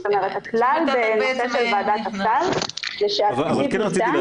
זאת אומרת הכלל בנושא של ועדת הסל זה שהתקציב ניתן,